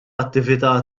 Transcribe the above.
attività